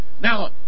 Now